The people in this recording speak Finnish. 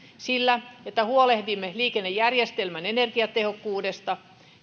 sillä että huolehdimme liikennejärjestelmän energiatehokkuudesta